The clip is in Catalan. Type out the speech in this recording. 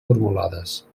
formulades